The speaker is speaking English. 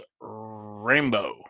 Rainbow